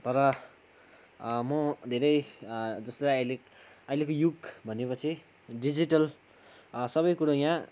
तर म धेरै जस्लाई अहिले अहिलेको युग भनेपछि डिजिटल सबै कुरो यहाँ